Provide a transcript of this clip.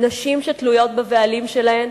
נשים שתלויות בבעלים שלהן,